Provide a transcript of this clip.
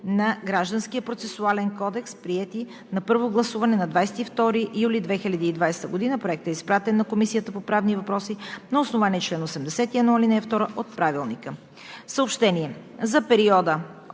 на Гражданския процесуален кодекс, приети на първо гласуване на 22 юли 2020 г. Проектът е изпратен на Комисията по правни въпроси на основание чл. 81, ал.